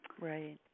Right